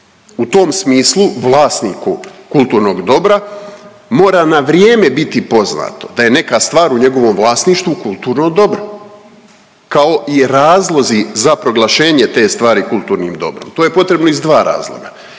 U tom smislu vlasniku kulturnog dobra mora na vrijeme biti poznato da je neka stvar u njegovom vlasništvu kulturno dobro, kao i razlozi za proglašenje te stvari kulturnim dobrom. To je potrebno iz dva razloga,